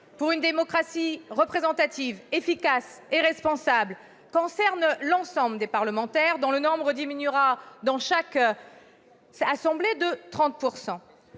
pour une démocratie représentative, efficace et responsable concerne l'ensemble des parlementaires, dont le nombre diminuera dans chaque assemblée de 30 %.